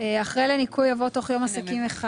אחרי "לניכוי" יבוא "תוך יום עסקים אחד".